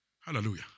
Hallelujah